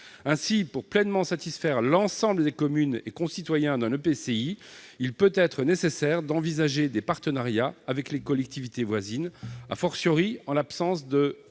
Ainsi, pour pleinement satisfaire l'ensemble des communes et des administrés d'un EPCI, il peut être nécessaire d'envisager des partenariats avec les collectivités voisines, en l'absence de pôles